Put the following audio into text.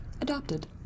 Adopted